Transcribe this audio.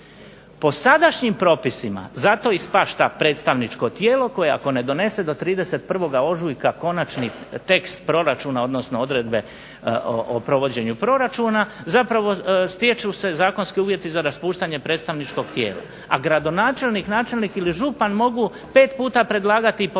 Po sadašnjim propisima zato ispašta predstavničko tijelo koje ako ne donese do 31. ožujka konačni tekst proračuna, odnosno odredbe o provođenju proračuna zapravo stječu se zakonski uvjeti za raspuštanje predstavničkog tijela, a gradonačelnik, načelnik ili župan mogu 5 puta predlagati i povlačiti